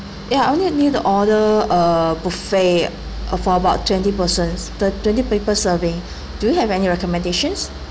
ya I only need the order uh buffet uh for about twenty persons the twenty people serving do you have any recommendations